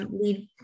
lead